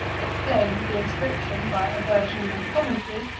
explained the inscription by a version and commentary,